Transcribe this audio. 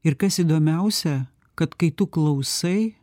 ir kas įdomiausia kad kai tu klausai